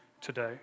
today